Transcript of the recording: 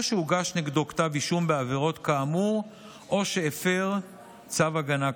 או שהוגש נגדו כתב אישום בעבירות כאמור או שהפר צו הגנה קודם,